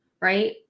right